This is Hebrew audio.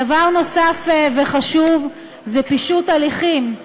דבר נוסף וחשוב הוא פישוט הליכים.